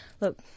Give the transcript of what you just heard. look